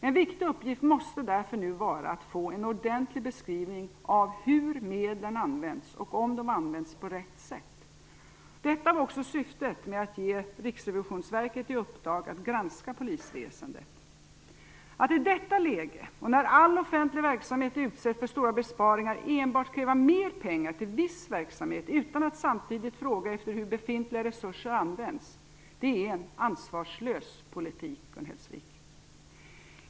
En viktig uppgift måste därför nu vara att få en ordentlig beskrivning av hur medlen används och om de används på rätt sätt. Detta var också syftet med att ge Riksrevisionsverket i uppdrag att granska polisväsendet. Att i detta läge, och när all offentlig verksamhet utsätts för stora besparingar, enbart kräva mer pengar till viss verksamhet utan att samtidigt fråga efter hur befintliga resurser används är en ansvarslös politik, Gun Hellsvik.